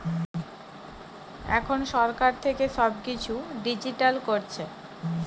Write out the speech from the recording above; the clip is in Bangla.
এখন সরকার থেকে সব কিছু ডিজিটাল করছে